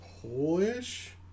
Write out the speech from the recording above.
Polish